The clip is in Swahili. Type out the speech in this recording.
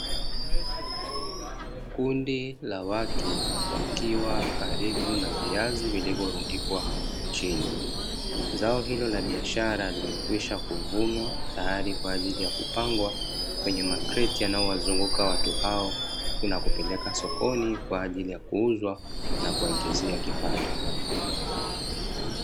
Kundi la watu wakiwa karibu na viazi vilivyorundikwa chini. Zao hilo la biashara limekwisha kuvunwa, tayari kwa ajili ya kupangwa kwenye makreti yanayowazunguka watu hao na kupeleka sokoni kwa ajili ya kuuzwa na kuwaingizia kipato.